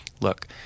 look